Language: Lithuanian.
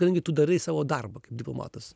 kadangi tu darai savo darbą kaip diplomatas